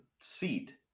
seat